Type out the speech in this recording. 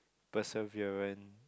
perseverant